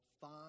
five